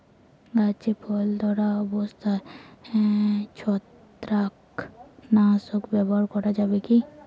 গাছে ফল ধরা অবস্থায় ছত্রাকনাশক ব্যবহার করা যাবে কী?